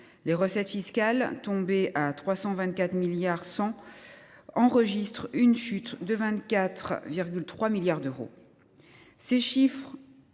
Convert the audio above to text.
Les recettes fiscales nettes, tombées à 324,1 milliards d’euros, enregistrent une chute de 24,3 milliards d’euros.